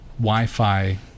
Wi-Fi